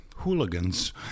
hooligans